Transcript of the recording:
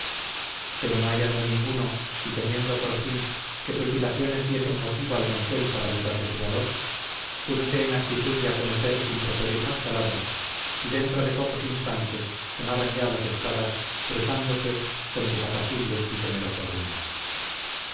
pero no hallando ninguno y temiendo por fin que sus dilaciones diesen motivo al doncel para dudar de su valor púsose en actitud de acometer sin proferir más palabras y dentro de pocos instantes sonaban ya las espadas cruzándose con desapacible y temeroso ruido